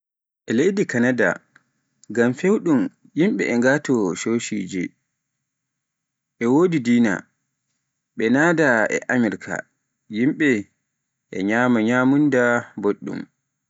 e leydi Canada ngam fewɗum yimbe e ngaato cocije, e wodi dina, be nada a Amirka, yimbe e nyama nyamunda boɗɗum.